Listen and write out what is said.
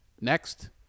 Next